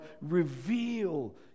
reveal